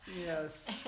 yes